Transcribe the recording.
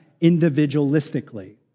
individualistically